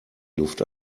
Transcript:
luft